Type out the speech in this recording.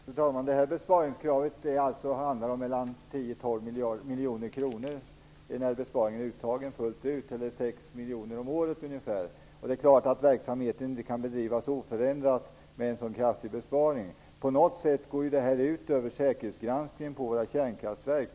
Fru talman! Detta besparingskrav handlar alltså om mellan 10 och 12 miljoner kronor när besparingen är uttagen fullt ut, eller om 6 miljoner kronor om året. Det är klart att verksamheten inte kan bedrivas oförändrad med en så kraftig besparing. På något sätt går det här ut över säkerhetsgranskningen på våra kärnkraftverk.